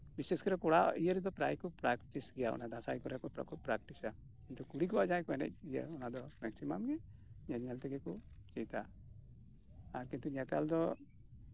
ᱵᱤᱥᱮᱥ ᱠᱚᱨᱮ ᱠᱚᱲᱟ ᱤᱭᱟᱹ ᱨᱮᱫᱚ ᱯᱨᱟᱭᱠᱚ ᱯᱮᱠᱴᱤᱥ ᱜᱮᱭᱟ ᱚᱱᱟ ᱫᱟᱥᱟᱸᱭ ᱠᱚᱨᱮᱠᱚ ᱯᱮᱠᱴᱤᱥᱟ ᱠᱤᱱᱛᱩ ᱠᱩᱲᱤᱠᱚᱣᱟᱜ ᱡᱟᱦᱟᱸᱭ ᱠᱚ ᱮᱱᱮᱡ ᱤᱭᱟᱹ ᱚᱱᱟᱫᱚ ᱢᱮᱠᱥᱤᱢᱟᱢ ᱜᱮ ᱧᱮᱞᱼᱧᱮᱞ ᱛᱮᱜᱮᱠᱚ ᱪᱮᱫᱟ ᱟᱨ ᱠᱤᱱᱛᱩ ᱱᱮᱛᱟᱨ ᱫᱚ